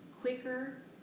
quicker